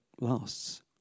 lasts